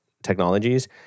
technologies